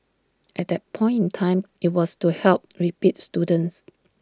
at that point in time IT was to help repeat students